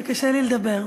וקשה לי לדבר.